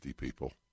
people